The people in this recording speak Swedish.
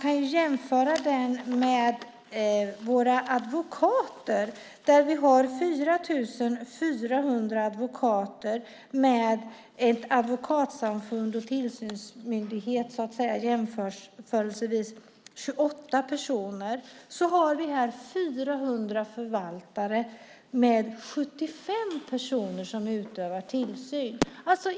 Man kan jämföra den med våra advokater: Vi har 4 400 advokater och ett advokatsamfund - som kan jämföras med en tillsynsmyndighet - med 28 personer. Här har vi 400 konkursförvaltare och 75 personer som utövar tillsyn över dem.